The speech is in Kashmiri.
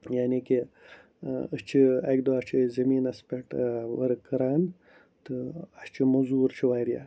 یعنی کہِ أسۍ چھِ اَکہِ دۄہ چھِ أسۍ زمیٖنَس پٮ۪ٹھ ؤرٕک کَران تہٕ اَسہِ چھِ مٔزوٗر چھُ واریاہ